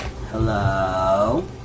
Hello